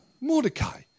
Mordecai